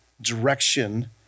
direction